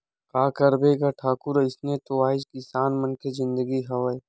का करबे गा ठाकुर अइसने तो आय किसान मन के जिनगी हवय